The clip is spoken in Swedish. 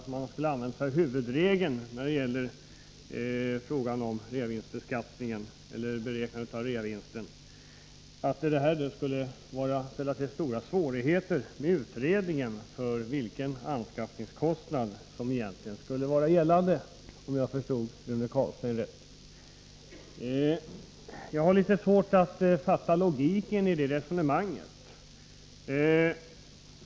Om jag förstod honom rätt menade han att det skulle ställa till stora svårigheter vid utredningen av den anskaffningskostnad som skulle gälla, om man använde sig av huvudregeln vid beräkning av reavinsten. Jag har litet svårt att fatta logiken i det resonemanget.